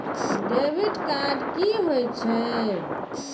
Debit card की होय छे?